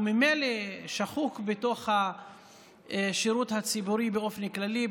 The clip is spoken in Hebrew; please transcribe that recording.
והוא ממילא שחוק בתוך השירות הציבורי באופן כללי,